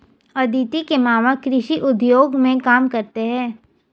अदिति के मामा कृषि उद्योग में काम करते हैं